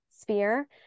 sphere